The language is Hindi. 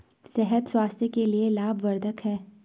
शहद स्वास्थ्य के लिए लाभवर्धक है